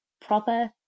proper